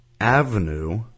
avenue